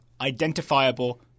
identifiable